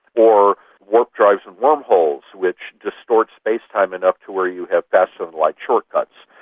or warp drives and wormholes which distort space-time enough to where you have faster-than-light shortcuts.